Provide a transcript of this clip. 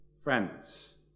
friends